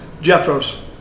Jethro's